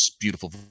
beautiful